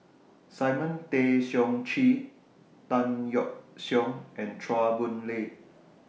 Simon Tay Seong Chee Tan Yeok Seong and Chua Boon Lay